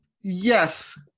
Yes